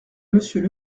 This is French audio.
monsieur